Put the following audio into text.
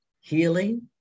healing